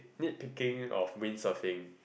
nick picking of windsurfing